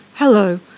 Hello